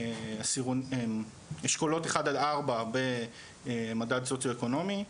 אשכולות 1-4 במדד סוציואקונומי,